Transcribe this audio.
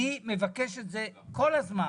אני מבקש את זה כל הזמן.